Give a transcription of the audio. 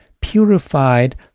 purified